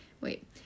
wait